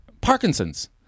Parkinson's